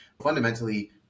fundamentally